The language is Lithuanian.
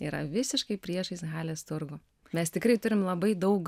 yra visiškai priešais halės turgų mes tikrai turim labai daug